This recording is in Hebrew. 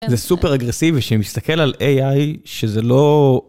זה סופר אגרסיבי שמסתכל על AI שזה לא...